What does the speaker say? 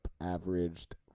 averaged